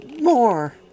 More